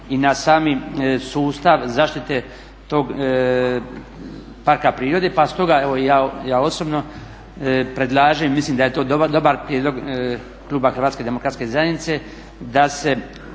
i na sami sustav zaštite tog parka prirode. Pa stoga ja osobno predlažem mislim da je to dobar prijedlog kluba HDZ-a da se zastane sa